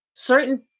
Certain